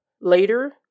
Later